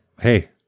hey